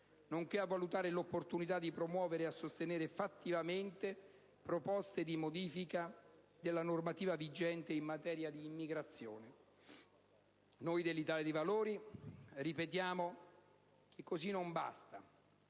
nonché a valutare l'opportunità di promuovere e sostenere fattivamente proposte di modifica della normativa vigente in materia di immigrazione. Noi dell'Italia dei Valori ripetiamo che così non basta,